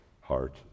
heart